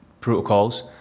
protocols